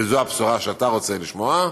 וזו הבשורה שאתה רוצה לשמוע,